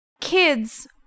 Kids